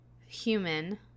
human